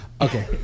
Okay